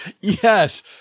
yes